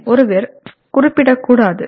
ஆனால் இல்லையெனில் ஒருவர் குறிப்பிடக்கூடாது